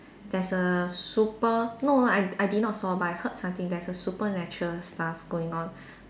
there's a super no no I I did not saw but I heard something there's a supernatural stuff going on